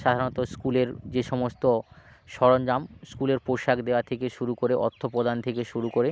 সাধারণত স্কুলের যে সমস্ত সরঞ্জাম স্কুলের পোশাক দেওয়া থেকে শুরু করে অর্থ প্রদান থেকে শুরু করে